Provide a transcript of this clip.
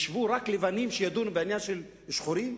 שישבו רק לבנים שידונו בעניין של שחורים?